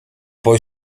poi